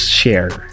share